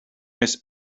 miss